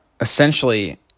Essentially